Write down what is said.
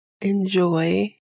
enjoy